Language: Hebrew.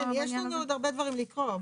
יש לנו עוד הרבה דברים לקרוא.